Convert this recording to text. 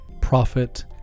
prophet